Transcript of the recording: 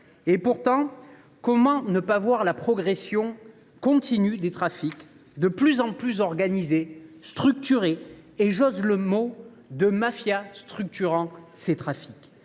Pourtant, comment ne pas voir la progression continue des trafics, de plus en plus organisés, structurés et, j’ose le mot, de mafias structurant ces trafics ?